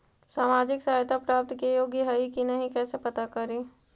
सामाजिक सहायता प्राप्त के योग्य हई कि नहीं कैसे पता करी?